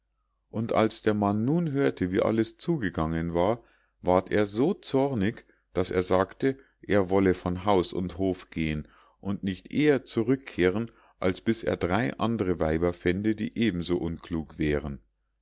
und als der mann nun hörte wie alles zugegangen war ward er so zornig daß er sagte er wolle von haus und hof gehen und nicht eher zurückkehren als bis er drei andre weiber fände die eben so unklug wären